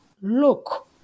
look